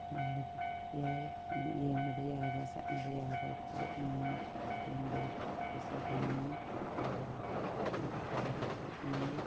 ꯌꯥꯏ ꯑꯗꯨꯝ ꯌꯦꯡꯕꯗ ꯌꯥꯕ ꯆꯠꯅꯕ ꯌꯥꯕ ꯄꯣꯠꯅꯤ ꯍꯦꯟ ꯕꯦꯒ ꯐꯖꯕꯅꯤ ꯑꯗꯨꯒ ꯍꯦꯟ ꯕꯦꯒ ꯐꯖꯕ ꯄꯣꯠꯅꯤ